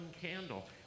candle